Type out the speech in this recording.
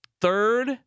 third